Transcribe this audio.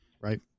right